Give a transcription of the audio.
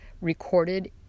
recorded